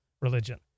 religion